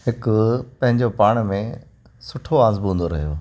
हिकु पंहिंजो पाण में सुठो आज़मूदो रहियो